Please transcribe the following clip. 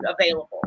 available